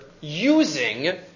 using